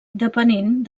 depenent